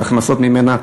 והכנסות ממנה,